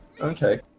Okay